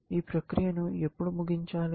ఈ ప్రక్రియను ఎప్పుడు ముగించాలి